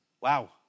Wow